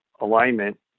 alignment